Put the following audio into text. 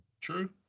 True